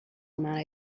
amount